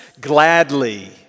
gladly